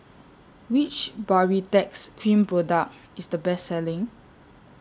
Which Baritex Cream Product IS The Best Selling